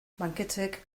banketxeek